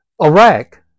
Iraq